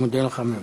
אני מודה לך מאוד.